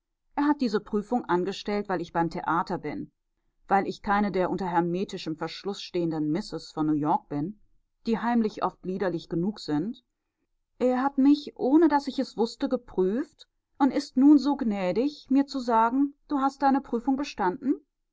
er hat diese prüfung angestellt weil ich beim theater bin weil ich keine der unter hermetischem verschluß stehenden misses von neuyork bin die heimlich oft liederlich genug sind er hat mich ohne daß ich es wußte geprüft und ist nun so gnädig mir zu sagen du hast deine prüfung bestanden